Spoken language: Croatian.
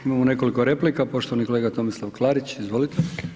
Imamo nekoliko replika, poštovani kolega Tomislav Klarić, izvolite.